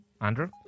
Andrew